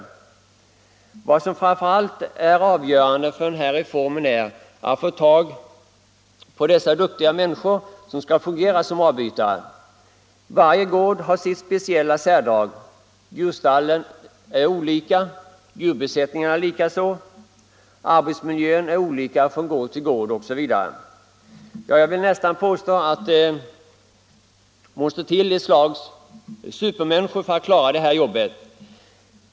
Men vad som framför allt är avgörande för reformen är att man får tag på duktiga människor som kan fungera som avbytare. Varje gård har sitt särdrag — djurstallen är olika, djurbesättningarna och arbetsmiljön likaså. Ja, jag vill nästan påstå att det måste till ett slags ”supermänniska” för att klara avbytarjobbet.